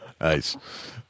Nice